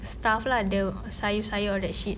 stuff lah the sayur-sayur all that shit